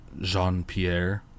Jean-Pierre